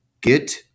Get